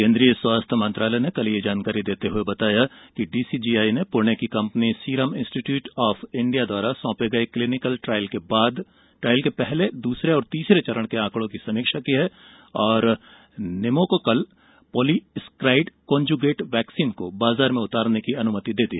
केंद्रीय स्वास्थ्य मंत्रालय ने कल यह जानकारी देते हुए बताया कि डीसीजीआई ने पुणे की company Serum Institute of India द्वारा सोंपे गए क्लिनिकल ट्रायल के पहले दूसरे और तीसरे चरण के आंकड़ों की समीक्षा की और निमोकोकल पॉलीस्काराइड कॉजुगेट वैक्सीन को बाजार में उतारने की अनुमति दे दी